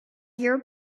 your